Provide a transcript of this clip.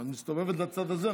את מסתובבת לצד הזה,